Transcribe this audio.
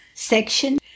Section